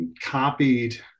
copied